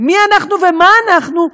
מי אנחנו ומה אנחנו,